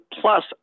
plus